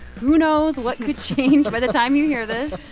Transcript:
who knows what could change by the time you hear this?